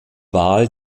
wahl